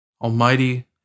Almighty